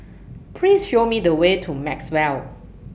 Please Show Me The Way to Maxwell